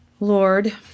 Lord